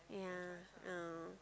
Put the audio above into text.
yeah oh